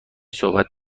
صحبت